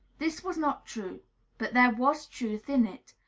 this was not true but there was truth in it.